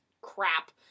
crap